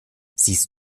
siehst